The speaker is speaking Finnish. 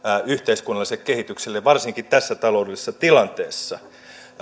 yhteiskunnalliselle kehitykselle varsinkin tässä taloudellisessa tilanteessa